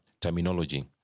terminology